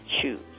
choose